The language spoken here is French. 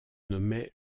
nommait